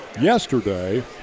Yesterday